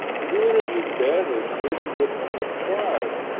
to do interviews badly may even be a point of pride,